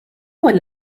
will